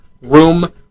Room